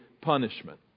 punishment